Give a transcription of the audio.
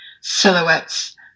Silhouettes